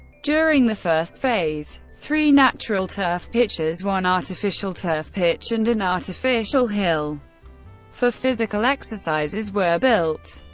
during the first phase, three natural turf pitches, one artificial turf pitch and an artificial hill for physical exercises were built.